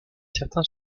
certain